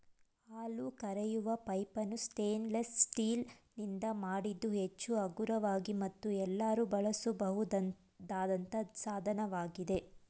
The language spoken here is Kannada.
ಹಾಲು ಕರೆಯುವ ಪೈಪನ್ನು ಸ್ಟೇನ್ಲೆಸ್ ಸ್ಟೀಲ್ ನಿಂದ ಮಾಡಿದ್ದು ಹೆಚ್ಚು ಹಗುರವಾಗಿ ಮತ್ತು ಎಲ್ಲರೂ ಬಳಸಬಹುದಾದಂತ ಸಾಧನವಾಗಿದೆ